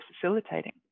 facilitating